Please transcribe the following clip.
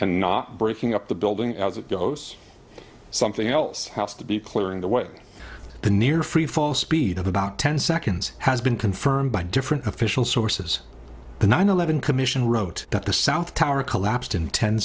and not breaking up the building as it goes something else has to be clearing the way the near freefall speed of about ten seconds has been confirmed by different official sources the nine eleven commission wrote that the south tower collapsed in ten